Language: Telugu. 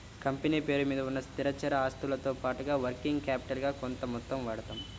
కంపెనీ పేరు మీద ఉన్న స్థిరచర ఆస్తులతో పాటుగా వర్కింగ్ క్యాపిటల్ గా కొంత మొత్తం వాడతాం